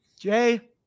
Jay